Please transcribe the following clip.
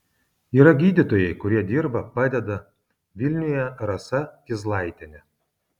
yra gydytojai kurie dirba padeda vilniuje rasa kizlaitienė